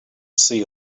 see